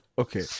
Okay